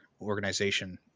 organization